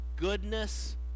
Goodness